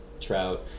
Trout